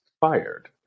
fired